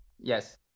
Yes